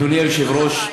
אדוני היושב-ראש,